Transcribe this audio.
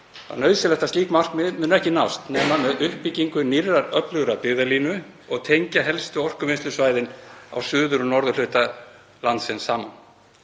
nauðsynlegt að slík markmið muni ekki nást nema með uppbyggingu nýrrar, öflugrar byggðalínu og því að tengja helstu orkuvinnslusvæðin á suður- og norðurhluta landsins saman,